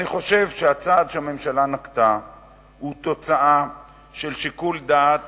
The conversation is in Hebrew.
אני חושב שהצעד שהממשלה נקטה הוא תוצאה של שיקול דעת